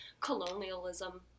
colonialism